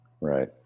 Right